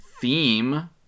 theme